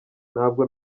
ntabwo